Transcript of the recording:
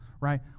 right